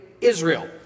Israel